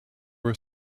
were